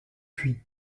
puits